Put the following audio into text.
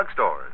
drugstores